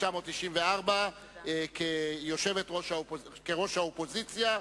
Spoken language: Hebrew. התשנ"ט 1994, ראש האופוזיציה,